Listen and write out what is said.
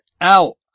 out